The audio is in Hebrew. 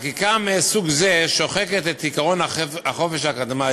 חקיקה מסוג זה שוחקת את עקרון החופש האקדמי